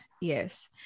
yes